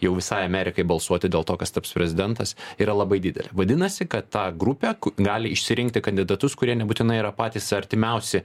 jau visai amerikai balsuoti dėl to kas taps prezidentas yra labai didelė vadinasi kad ta grupė gali išsirinkti kandidatus kurie nebūtinai yra patys artimiausi